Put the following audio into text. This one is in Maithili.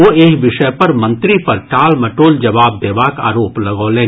ओ एहि विषय पर मंत्री पर टाल मटोल जवाब देबाक आरोप लगौलनि